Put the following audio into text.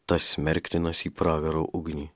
tas smerktinas į pragaro ugnį